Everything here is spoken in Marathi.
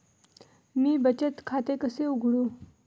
मी बचत खाते कसे उघडू?